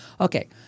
Okay